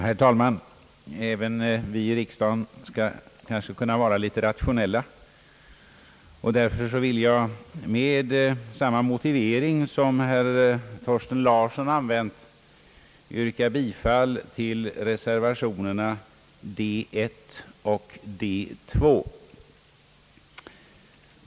Herr talman! Även vi i riksdagen kanske kan vara litet rationella. Därför vill jag med samma motivering som den herr Thorsten Larsson har använt yrka bifall till reservationerna 1 och 2.